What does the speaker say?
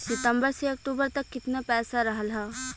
सितंबर से अक्टूबर तक कितना पैसा रहल ह?